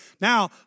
Now